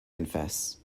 confess